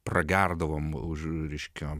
pragerdavom už reiškia